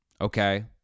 okay